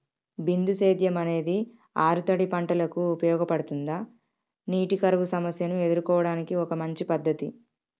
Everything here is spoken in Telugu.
బిందు సేద్యం అనేది ఆరుతడి పంటలకు ఉపయోగపడుతుందా నీటి కరువు సమస్యను ఎదుర్కోవడానికి ఒక మంచి పద్ధతి?